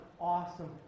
awesome